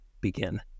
begin